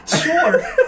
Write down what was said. Sure